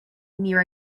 near